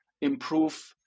improve